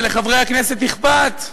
שלחברי הכנסת אכפת.